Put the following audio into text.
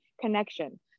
Connection